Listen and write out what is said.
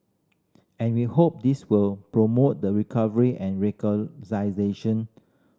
and we hope this will promote the recovery and